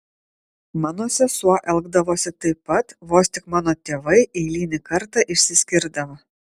mano sesuo elgdavosi taip pat vos tik mano tėvai eilinį kartą išsiskirdavo